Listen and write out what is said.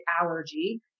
allergy